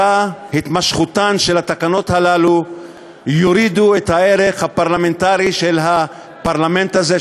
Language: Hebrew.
התמשכותן של התקנות האלה תוריד את הערך הפרלמנטרי של הפרלמנט הזה,